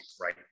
right